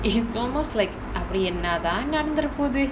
it's almost like அப்பிடி என்ன தான் நடந்துடபோது:apidi enna thaan nadanthudapothu